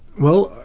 well,